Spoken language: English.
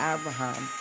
Abraham